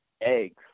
eggs